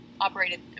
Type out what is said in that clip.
operated